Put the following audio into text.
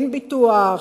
אין ביטוח,